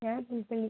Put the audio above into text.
ഞാൻ പുൽപള്ളി